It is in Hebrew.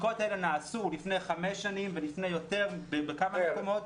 הבדיקות האלה נעשו לפני חמש שנים ולפני יותר בכמה מקומות,